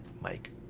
Mike